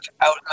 out